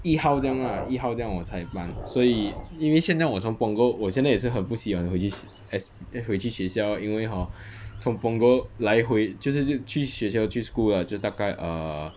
一号这样 lah 一号这样我才搬所以因为现在我从 punggol 我现在也是很不喜欢回去学 s~ eh 回去学校因为 hor 从 punggol 来回就是去学校去 school ah 就大概 err